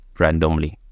randomly